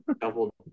Double